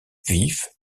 vif